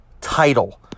title